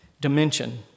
dimension